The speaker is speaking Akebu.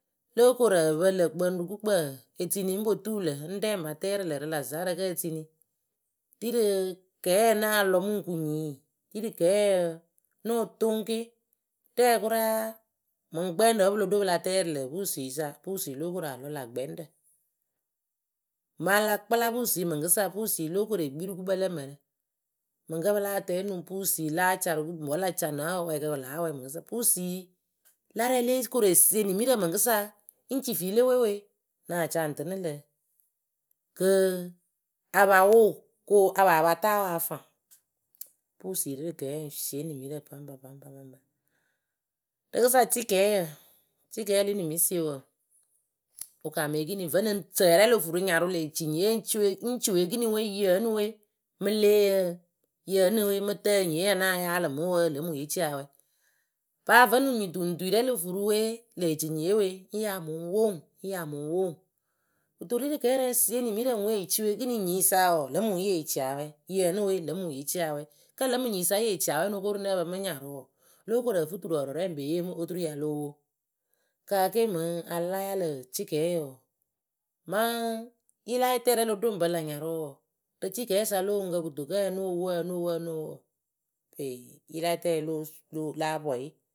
lóo korǝ pǝ lǝkpǝŋ rɨ gukpǝ etini ŋ po tulǝ ŋ rɛ ŋpa tɛrɨ lǝ rɨ la zaarǝ kǝ tini ri rɨ kɛɛ náa lɔ mɨŋ ku nyiŋ. ri rɨ kɛɛ nóo toŋ ke. rɛ kʊraa mɨŋ gbɛŋɖǝ wǝ pɨlo ɖo pɨla tɛrɨ lǝ pusisa pusui lo kora lɔ la gbɛŋɖǝ maŋla kpɨla pusui mɨŋkɨsa pusui lóo kore kpii rɨ gukpǝ lǝ mǝrǝ mɨŋkǝ pɨ láa tɛŋ onuŋ pusui vǝnɨŋ la ca rɨ gukpǝ wǝ la ca na awɛ wɨ láa wɛ mɨŋkɨsa pusui la rɛ lo kore sieni mɨŋkɨsa ŋ ci fee le we we náa ca ŋ t. jnɨ lǝ kɨ kɨ a pa wʊ kɨ apaa pa ta wʊ afaŋ pusui ri kɛɛ ŋ sieni nimirǝ baŋba baŋba rɨkɨsa cɩkɛɛyǝ. Cɩkɛɛ le nimisie wɔɔ wɨ kaamɨ ekiniŋ vǝnɨŋ sǝrɛ lo furu nyarʊ lee ci nyiye ŋ ci wɨ ekeniŋ yǝ ǝnɨ we mɨleeyǝ yǝnɨ we mɨtǝɛ nyiye nya na yaalɨ mɨ wǝǝ lǝ mɨ ŋwɨ ye ciawɛ. paa vǝnɨŋ nyi tuŋtuŋyɨrɛŋ lo furuwe lee ci nyiye we ŋ ya mɨŋ woŋ ŋ ya mɨŋ woŋ kɨto rirɨ kɛɛrɛ ŋ sieni nimirǝ ŋwe ci wu ekeniŋ nyisa wɔɔ lǝmɨ ŋwɨ yee ciawɛ yǝnɨ we lǝ mɨ ŋwɨ yee ciawɛ. Kǝ lǝmɨ nyisi ǝ yee ciawɛ wǝ nokoru nǝ́ǝ pǝ mɨ nyarʊ wɔɔ lo korǝ fɨ turɔɔrɔrɛŋ ŋ pe yee mɨ oturu yalo woŋ. kaake mɨŋ a la láa yaalɨ cɩkɛɛyǝ wɔɔ mɨŋ yɩlayɩtɛrɛŋ lo ɖo ŋ pɨ lä nyarʊ wɔɔ rɨ cɩkɛɛsa lo oŋuŋkǝ kɨto kǝ yǝ no woŋ yǝ woŋ yǝ no woŋ wɔɔ yɩlayɩtɛye lo la pwɛyɩ.